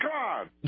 God